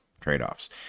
trade-offs